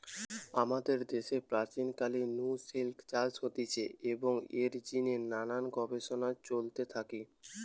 আমাদের দ্যাশে প্রাচীন কাল নু সিল্ক চাষ হতিছে এবং এর জিনে নানান গবেষণা চলতে থাকি